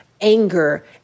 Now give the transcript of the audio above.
anger